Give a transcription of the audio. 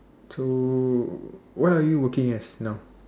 to what are you working as now